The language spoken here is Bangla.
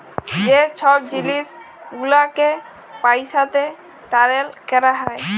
যে ছব জিলিস গুলালকে পইসাতে টারেল ক্যরা হ্যয়